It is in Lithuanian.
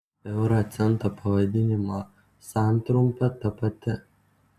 euro cento pavadinimo santrumpa ta pati